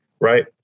Right